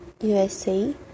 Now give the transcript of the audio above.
USA